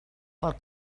pel